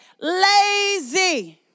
lazy